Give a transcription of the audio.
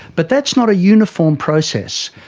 but that's not a uniform process.